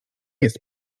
jest